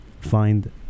find